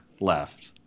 left